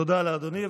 תודה לאדוני,